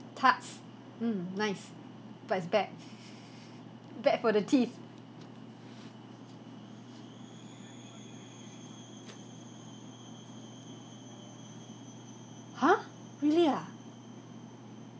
tarts mm nice but it's bad bad for the teeth !huh! really ah